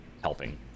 helping